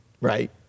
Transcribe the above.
Right